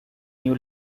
new